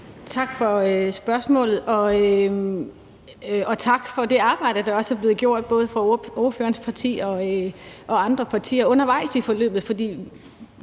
Tak for spørgsmålet, og tak for det arbejde, der også er blevet gjort både af ordførerens parti og andre partier undervejs i forløbet.